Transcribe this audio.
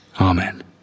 Amen